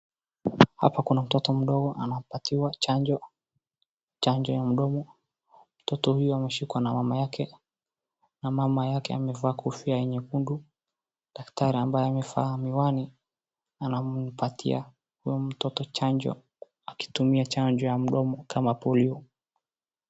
Hapa kuna mtoto mdogo anapatiwa chanjo, chanjo ya mdomo. Mtoto huyu ameshikwa na mama yake na mama yake amevaa kofia nyekundu. Daktari ambaye amevaa miwani anampatia huyo mtoto chanjo akitumia chanjo ya mdomo kama polio .